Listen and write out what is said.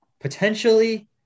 potentially